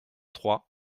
trois